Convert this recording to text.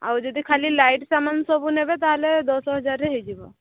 ଆଉ ଯଦି ଖାଲି ଲାଇଟ୍ ସାମାନ ସବୁ ନେବେ ତା'ହେଲେ ଦଶ ହଜାରରେ ହେଇଯିବ